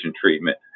treatment